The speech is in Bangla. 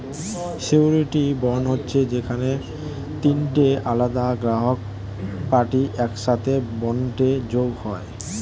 সিউরিটি বন্ড হচ্ছে যেখানে তিনটে আলাদা গ্রাহক পার্টি একসাথে বন্ডে যোগ হয়